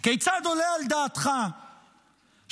כיצד עולה על דעתך שבשעה